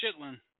Chitlin